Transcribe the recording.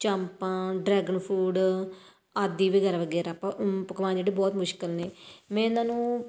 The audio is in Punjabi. ਚਾਪਾਂ ਡਰੈਗਨ ਫੂਡ ਆਦਿ ਵਗੈਰਾ ਵਗੈਰਾ ਪ ਪਕਵਾਨ ਜਿਹੜੇ ਬਹੁਤ ਮੁਸ਼ਕਲ ਨੇ ਮੈਂ ਇਹਨਾਂ ਨੂੰ